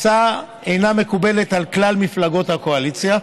ההצעה אינה מקובלת על כלל מפלגות הקואליציה,